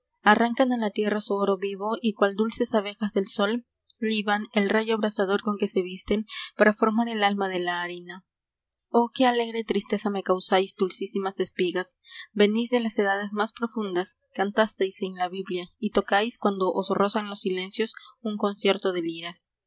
arrancan a la tierra su oro vivo y cual dulces abejas del sol liban el rayo abrasador con que se visten para formar el alma de la harina oh qué alegre tristeza me causáis dulcísimas espigas venís de las edades más profundas cantasteis en la biblia y tocáis cuando os rozan los silencios un concierto de liras